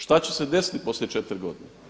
Šta će se desiti poslije 4 godine?